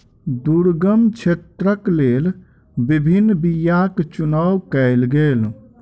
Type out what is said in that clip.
दुर्गम क्षेत्रक लेल विभिन्न बीयाक चुनाव कयल गेल